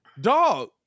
dog